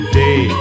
day